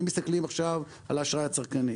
אם מסתכלים על האשראי הצרכני,